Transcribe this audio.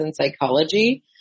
psychology